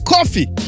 Coffee